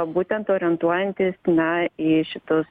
būtent orientuojantis na į šitus